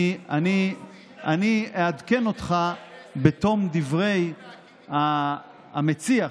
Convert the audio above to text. אני אעדכן אותך בתום דברי המציע,